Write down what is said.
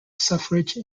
suffrage